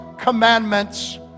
commandments